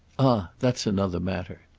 ah that's another matter.